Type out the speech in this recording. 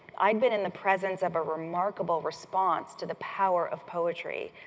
i'd been in the presence of a remarkable response to the power of poetry,